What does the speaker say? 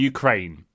Ukraine